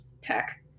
tech